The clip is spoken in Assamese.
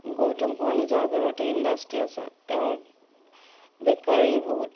গৌতম কোঁৱৰৰ নিজৰ ঘৰতেই ইণ্ডাষ্ট্ৰি আছে তেওঁ বেকাৰীৰ বহুত